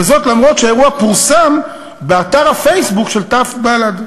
וזאת למרות שהאירוע פורסם באתר הפייסבוק של תא בל"ד,